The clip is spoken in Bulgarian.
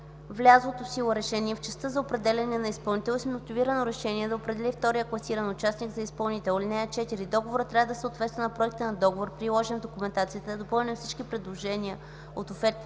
влязлото в сила решение в частта за определяне на изпълнител и с мотивирано решение да определи втория класиран участник за изпълнител. (4) Договорът трябва да съответства на проекта на договор, приложен в документацията, допълнен с всички предложения от офертата